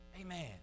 amen